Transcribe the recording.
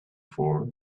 for